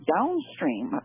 Downstream